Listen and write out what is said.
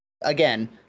Again